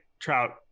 Trout